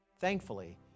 Thankfully